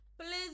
Please